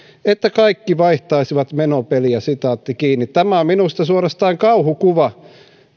että kaikki vaihtaisivat menopeliä tämä on minusta suorastaan kauhukuva